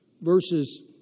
verses